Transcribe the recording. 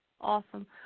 Awesome